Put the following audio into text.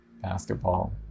basketball